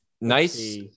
nice